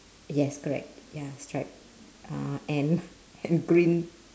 yes correct ya stripe uh and and green